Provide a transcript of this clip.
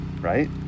right